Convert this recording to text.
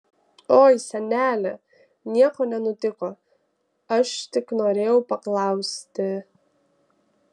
oi senele nieko nenutiko aš tik norėjau paklausti